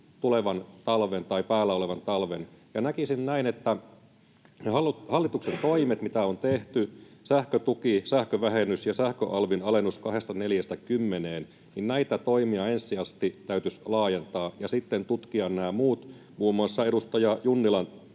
yli päällä olevan talven, ja näkisin näin, että niitä hallituksen toimia, mitä on tehty — sähkötuki, sähkövähennys ja sähköalvin alennus 24:stä 10:een — ensisijaisesti täytyisi laajentaa ja sitten tutkia nämä muut, muun muassa edustaja Junnilan